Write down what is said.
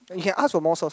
you can ask for more sauce